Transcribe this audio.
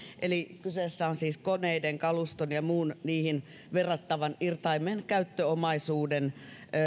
kyse on siis koneiden kaluston ja muun niihin verrattavan irtaimen käyttöomaisuuden